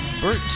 Bert